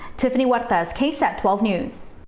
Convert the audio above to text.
tiffany what this ksat twelve news.